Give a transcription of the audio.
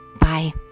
Bye